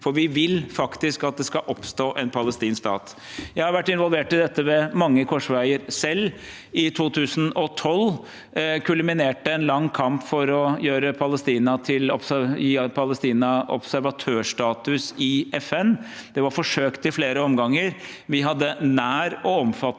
For vi vil faktisk at det skal oppstå en palestinsk stat. Jeg har vært involvert i dette ved mange korsveier selv. I 2012 kulminerte en lang kamp for å gi Palestina observatørstatus i FN. Det var forsøkt i flere omganger. Vi hadde nær og omfattende